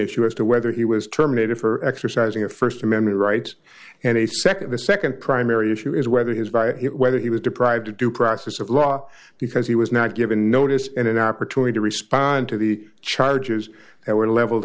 issue as to whether he was terminated for exercising a st amendment rights and a nd the nd primary issue is whether his by it whether he was deprived of due process of law because he was not given notice and an opportunity to respond to the charges that were leveled